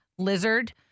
Lizard